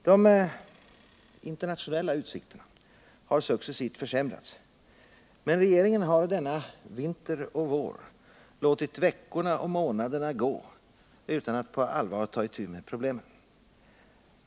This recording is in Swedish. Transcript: De internationella utsikterna har successivt försämrats, men regeringen har denna vinter och vår låtit veckorna och månaderna gå utan att på allvar ta itu med problemen.